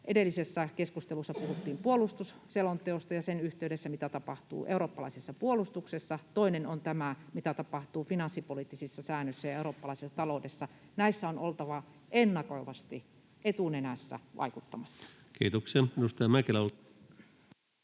Edellisessä keskustelussa puhuttiin puolustusselonteosta ja sen yhteydessä siitä, mitä tapahtuu eurooppalaisessa puolustuksessa. Toinen on tämä, mitä tapahtuu finanssipoliittisissa säännöissä ja eurooppalaisessa taloudessa. Näissä on oltava ennakoivasti, etunenässä, vaikuttamassa. Kiitoksia.